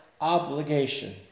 obligation